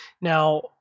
Now